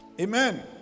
Amen